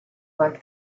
like